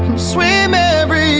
swim every